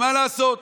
ומה לעשות?